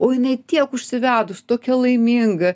o jinai tiek užsivedus tokia laiminga